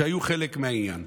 שהיו חלק מהעניין,